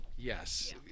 Yes